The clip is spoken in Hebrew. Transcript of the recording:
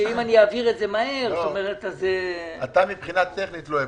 שאם אני אעביר את זה מהר --- אתה מבחינה טכנית לא אוהב,